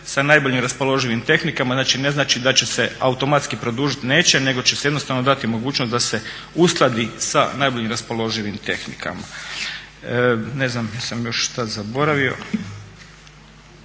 sa najboljim raspoloživim tehnikama. Znači ne znači da će se automatski produžit, neće, nego će se jednostavno dati mogućnost da se uskladi sa najboljim raspoloživim tehnikama. Ne znam jesam još šta zaboravimo.